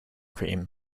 cream